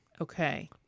Okay